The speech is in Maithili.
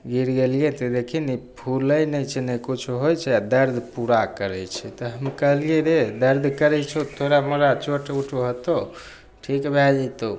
गिर गेलिए तऽ देखी ने ई फुलै नहि छै नहि किछु होइ छै आओर दरद पूरा करै छै तऽ हम कहलिए रे दरद करै छौ थोड़ा मोड़ा चोट उट होतौ ठीक भै जएतौ